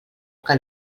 que